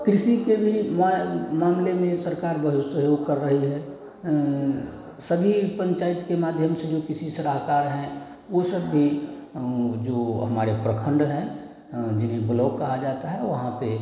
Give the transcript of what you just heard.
कृषि के भी मैं मामले में सरकार बहुत सहयोग कर रही है सभी पंचायत के माध्यम से जो कृषि सलाहकार हैं उ सब भी जो हमारे प्रखण्ड हैं जिन्हें ब्लौक कहा जाता है वहाँ पर